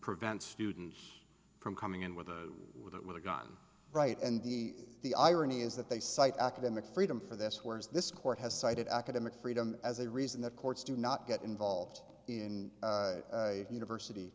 prevent students from coming in with with a gun right and the the irony is that they cite academic freedom for this whereas this court has cited academic freedom as a reason that courts do not get involved in a university